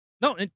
no